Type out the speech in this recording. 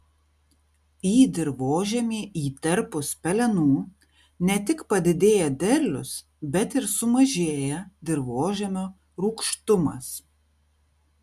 į dirvožemį įterpus pelenų ne tik padidėja derlius bet ir sumažėja dirvožemio rūgštumas